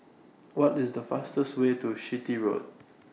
What IS The fastest Way to Chitty Road